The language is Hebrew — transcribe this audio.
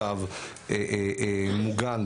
מוגן,